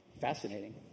Fascinating